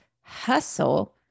hustle